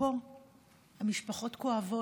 פה המשפחות כואבות,